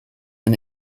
and